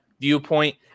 viewpoint